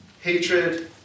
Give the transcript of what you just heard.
hatred